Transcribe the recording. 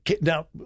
now